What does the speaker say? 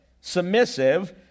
submissive